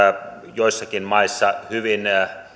joissakin maissa hyvin